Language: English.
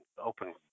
open